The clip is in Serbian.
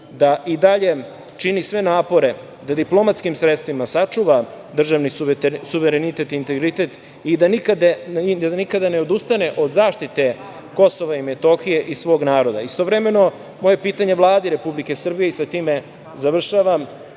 da i dalje čini sve napore da diplomatskim sredstvima sačuva državni suverenitete i integritet i da nikada ne odustane od zaštite Kosova i Metohije i svog naroda. Istovremeno, moje pitanje Vladi Republike Srbije, i sa time završavam,